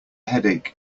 headache